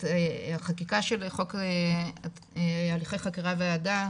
החקיקה של חוק הליכי חקירה והעדה,